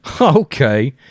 okay